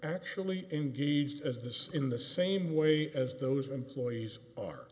actually engaged as this in the same way as those employees are